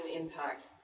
impact